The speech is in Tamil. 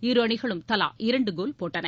இரு அணிகளும் தலா இரண்டு கோல் போட்டன